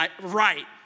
Right